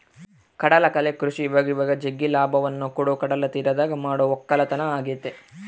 ಕಡಲಕಳೆ ಕೃಷಿ ಇವಇವಾಗ ಜಗ್ಗಿ ಲಾಭವನ್ನ ಕೊಡೊ ಕಡಲತೀರದಗ ಮಾಡೊ ವಕ್ಕಲತನ ಆಗೆತೆ